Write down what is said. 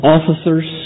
Officers